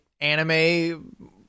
anime